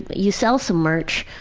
but you sell some merch.